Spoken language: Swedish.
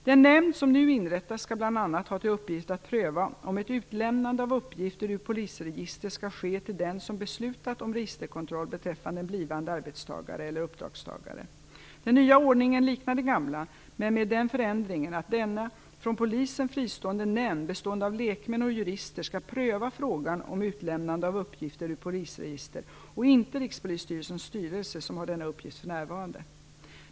Den nämnd som nu inrättas skall bl.a. ha till uppgift att pröva om ett utlämnande av uppgifter ur polisregister skall ske till den som beslutat om registerkontroll beträffande blivande arbetstagare eller uppdragstagare. Den nya ordningen liknar den gamla, men med den förändringen att denna från polisen fristående nämnd bestående av lekmän och jurister skall pröva frågan om utlämnande av uppgifter ur polisregister, och inte Rikspolisstyrelsens styrelse, som har denna uppgift för närvarande.